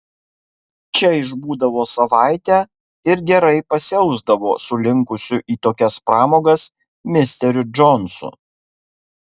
čia išbūdavo savaitę ir gerai pasiausdavo su linkusiu į tokias pramogas misteriu džonsu